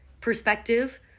perspective